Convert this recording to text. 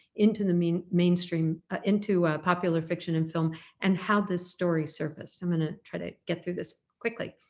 into the i mean mainstream ah into a popular fiction and film and how this story surfaced. i'm gonna try to get through this quickly.